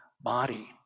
body